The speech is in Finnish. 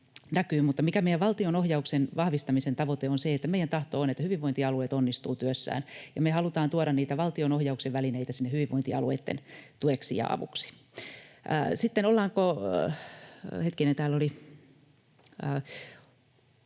Mutta meidän valtion ohjauksen vahvistamisen tavoite on se, että meidän tahto on, että hyvinvointialueet onnistuvat työssään, ja me halutaan tuoda valtion ohjauksen välineitä sinne hyvinvointialueitten tueksi ja avuksi. Sitten rahoitukseen, ja itse